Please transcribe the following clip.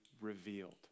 revealed